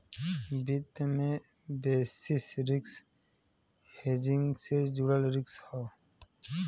वित्त में basis risk hedging से जुड़ल रिस्क हौ